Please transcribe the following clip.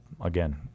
again